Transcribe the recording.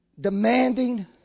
demanding